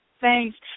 Thanks